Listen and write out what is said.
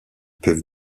peuvent